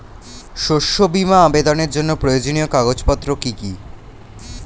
শস্য বীমা আবেদনের জন্য প্রয়োজনীয় কাগজপত্র কি কি?